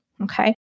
okay